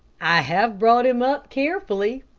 i have brought him up carefully,